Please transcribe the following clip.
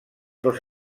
dos